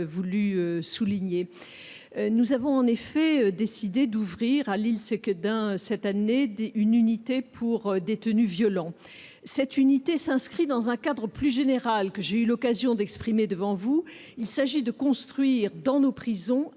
nouvelle structure. Nous avons en effet décidé d'ouvrir à Lille-Sequedin cette année une unité pour détenus violents. Ce projet s'inscrit dans un cadre plus général, que j'ai déjà eu l'occasion d'expliquer devant vous : construire dans nos prisons